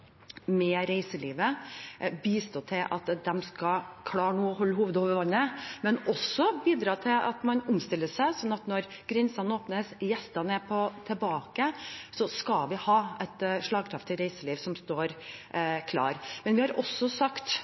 med reiselivet har prøvd å bistå med, slik at de nå skal klare å holde hodet over vannet – men også bidra til at man omstiller seg, sånn at når grensene åpnes og gjestene er tilbake, så skal vi ha et slagkraftig reiseliv som står klar. Men vi har også sagt